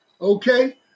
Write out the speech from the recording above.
okay